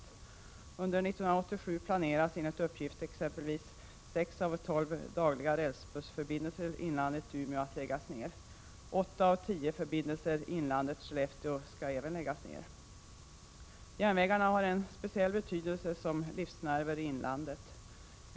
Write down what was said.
Under 1987 planeras enligt uppgift exempelvis sex av tolv dagliga rälsbussförbindelser inlandet-Umeå att läggas ner. Åtta av tio förbindelser inlandet-Skellefteå skall också läggas ner. Järnvägarna har en speciell betydelse som livsnerv i inlandet.